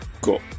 cool